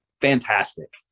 fantastic